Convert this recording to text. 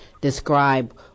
describe